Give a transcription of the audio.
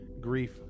grief